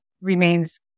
remains